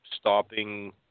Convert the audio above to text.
stopping